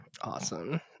Awesome